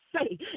say